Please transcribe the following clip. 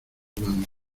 mando